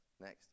Next